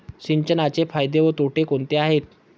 सिंचनाचे फायदे व तोटे कोणते आहेत?